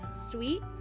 sweet